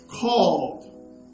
called